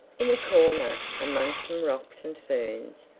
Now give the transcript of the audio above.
in a corner, among some rocks and ferns,